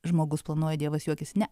žmogus planuoja dievas juokiasi ne